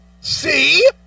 see